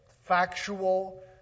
factual